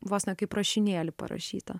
vos ne kaip rašinėlį parašytą